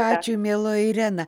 ačiū mieloji irena